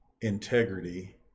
integrity